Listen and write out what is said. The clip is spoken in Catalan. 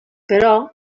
però